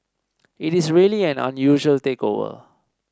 it is really an unusual takeover